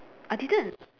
I didn't